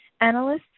Analysts